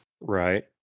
Right